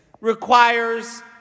requires